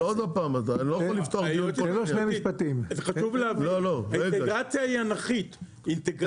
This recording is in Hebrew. חשוב להבין, האינטגרציה היא אנכית למגדלים.